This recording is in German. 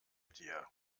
dir